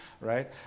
right